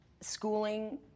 schooling